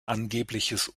angebliches